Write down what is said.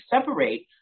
separate